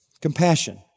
compassion